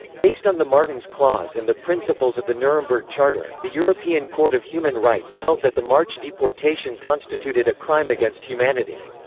based on the martens clause and the principles of the nuremberg charter, the european court of human rights held that the march deportation constituted a crime against humanity.